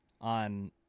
on